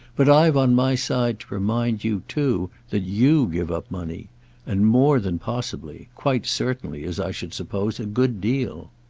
but i've on my side to remind you too that you give up money and more than possibly' quite certainly, as i should suppose a good deal.